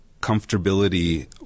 comfortability